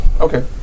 Okay